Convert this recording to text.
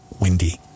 windy